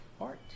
art